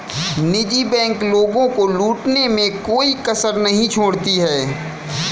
निजी बैंक लोगों को लूटने में कोई कसर नहीं छोड़ती है